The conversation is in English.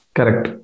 Correct